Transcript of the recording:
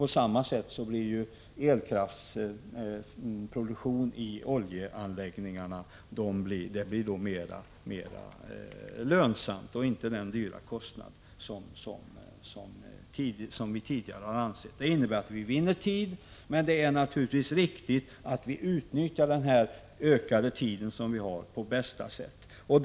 På samma sätt blir elkraftsproduktionen i oljeanläggningarna mera lönsam, och vi får inte den höga kostnad härvidlag som vi tidigare fått. Vi vinner tid, men det är naturligtvis riktigt att vi utnyttjar den utsträckta tiden.